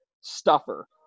stuffer